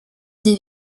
des